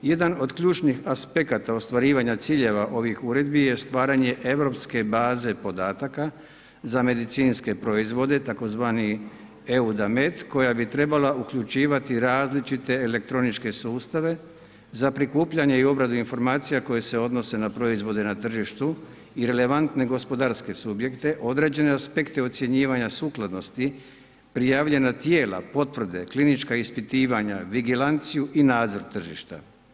Jedan od ključnih aspekata ostvarivanja ciljeva ovih uredbi je stvaranje europske baze podataka za medicinske proizvode, tzv. EU damet koja bi trebala uključivati različite elektroničke sustave za prikupljanje i obradu informacija koji se odnosi na proizvode na tržištu i relevantne gospodarske subjekte, određene aspekte ocjenjivanja sukladnosti, prijavljenih tijela, potvrda, klinička ispitivanja, digilanciju i nadzor tržišta.